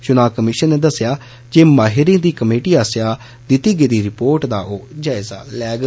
चुनां कमीषन ने दस्सेआ जे माहिरें दी कमेटी आस्सेआ दिती गेदी रिपोर्ट दा ओ जायज़ा लैग